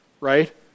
right